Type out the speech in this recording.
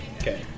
Okay